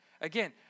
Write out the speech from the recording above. Again